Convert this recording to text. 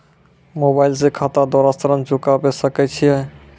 Mobile से खाता द्वारा ऋण चुकाबै सकय छियै?